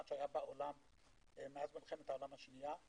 שהיה בעולם מאז מלחמת העולם השנייה,